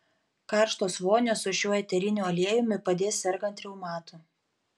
karštos vonios su šiuo eteriniu aliejumi padės sergant reumatu